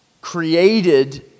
created